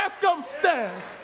circumstance